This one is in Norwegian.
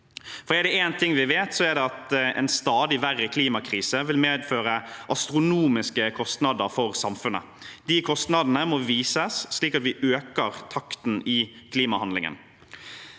Er det én ting vi vet, er det at en stadig verre klimakrise vil medføre astronomiske kostnader for samfunnet. De kostnadene må vises, slik at vi øker takten i klimahandlingen.